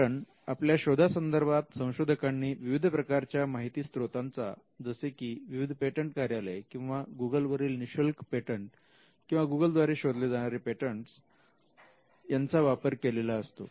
कारण आपल्या शोधा संदर्भात संशोधकांनी विविध प्रकारच्या माहिती स्त्रोतांचा जसे की विविध पेटंट कार्यालय किंवा गुगल वरील निशुल्क पेटंट किंवा गुगल द्वारे शोधले जाणारे पेटंटस वापर केलेला असतो